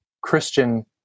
Christian